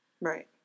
Right